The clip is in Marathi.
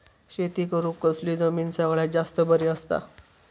शेती करुक कसली जमीन सगळ्यात जास्त बरी असता?